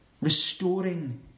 restoring